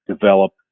develop